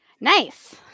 Nice